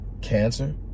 cancer